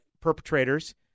perpetrators